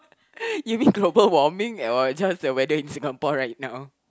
you mean global warming or just the weather in Singapore right now